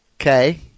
Okay